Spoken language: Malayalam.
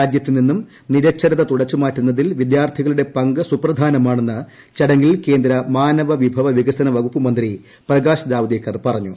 രാജ്യത്ത് നിന്നും നിരക്ഷരത തുടച്ച് മാറ്റുന്നതിൽ വിദ്യാർത്ഥികളുടെ പങ്ക് സുപ്രധാനമാണെന്ന് ചടങ്ങിൽ കേന്ദ്ര മാനവവിഭവ വികസന വകുപ്പ്മന്ത്രി പ്രകാശ് ജാവ്ദേക്കർ പറഞ്ഞു